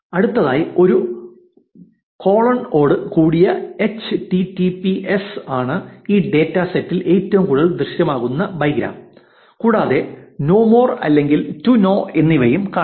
അടുത്തതായി ഒരു കൊളോൺ ഓട് കൂടിയ H T P P S ആണ് ഈ ഡാറ്റ സെറ്റിൽ ഏറ്റവും കൂടുതൽ ദൃശ്യമാകുന്ന ബൈഗ്രാം കൂടാതെ 'നോ മോർ' അല്ലെങ്കിൽ ടു നോ എന്നിവയും കാണാം